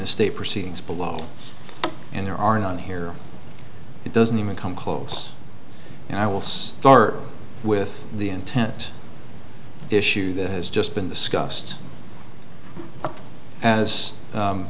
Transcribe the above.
the state proceedings below and there are none here it doesn't even come close and i will start with the intent issue that has just been discussed as